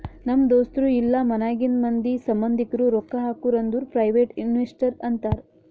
ನಮ್ ದೋಸ್ತರು ಇಲ್ಲಾ ಮನ್ಯಾಗಿಂದ್ ಮಂದಿ, ಸಂಭಂದಿಕ್ರು ರೊಕ್ಕಾ ಹಾಕುರ್ ಅಂದುರ್ ಪ್ರೈವೇಟ್ ಇನ್ವೆಸ್ಟರ್ ಅಂತಾರ್